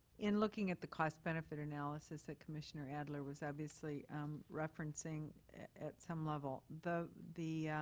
in looking at the cost benefit analysis that commissioner adler was obviously um referencing at some level. the the